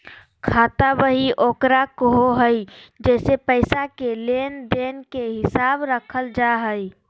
खाता बही ओकरा कहो हइ जेसे पैसा के लेन देन के हिसाब रखल जा हइ